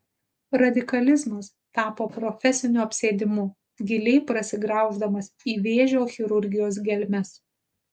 radikalizmas tapo profesiniu apsėdimu giliai prasigrauždamas į vėžio chirurgijos gelmes